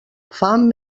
fam